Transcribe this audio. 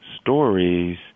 stories